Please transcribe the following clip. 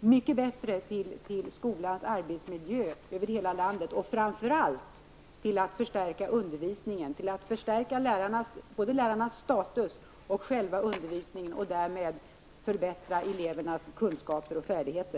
mycket bättre skulle bidra till att förbättra skolans arbetsmiljö över hela landet, och framför allt skulle det bidra till att förstärka undervisningen. Det skulle förstärka både lärarnas status och själva undervisningen, och det skulle därmed förbättra elevernas kunskaper och färdigheter.